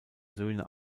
söhne